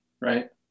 right